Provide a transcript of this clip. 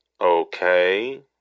okay